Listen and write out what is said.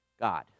God